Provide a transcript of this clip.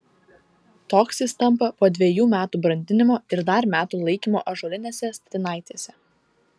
toks jis tampa po dvejų metų brandinimo ir dar metų laikymo ąžuolinėse statinaitėse